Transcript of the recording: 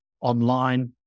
online